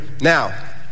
Now